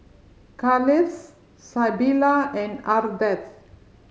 Carlisle Sybilla and Ardeth